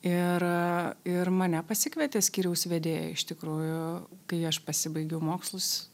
ir ir mane pasikvietė skyriaus vedėja iš tikrųjų kai aš pasibaigiau mokslus